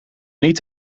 niet